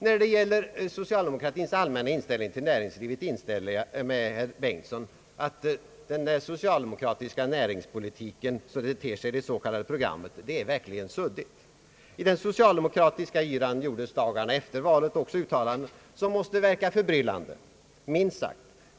När det gäller socialdemokratins allmänna inställning till näringslivet instämmer jag med herr Bengtson om att den socialdemokratiska näringspolitiken, som den ter sig i det s.k. programmet, verkligen är suddig. I den socialdemokratiska yran dagarna efter valet gjordes uttalanden som måste verka förbryllande, minst sagt.